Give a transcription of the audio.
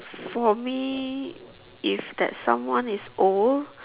for me if that someone is old